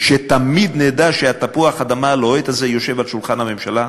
שתמיד נדע שתפוח האדמה הלוהט הזה יושב על שולחן הממשלה,